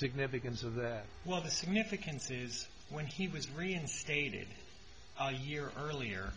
significance of that well the significance is when he was reinstated all year earlier